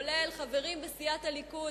כולל חברים בסיעת הליכוד,